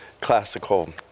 classical